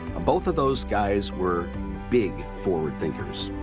both of those guys were big forward thinkers.